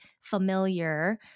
familiar